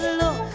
look